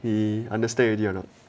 he understand already or not